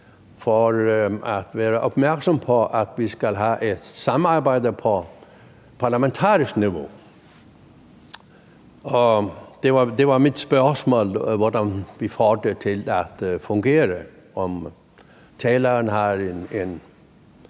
for at være opmærksom på, at vi skal have et samarbejde på parlamentarisk niveau, og det er mit spørgsmål, hvordan vi får det til at fungere, og om taleren